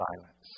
violence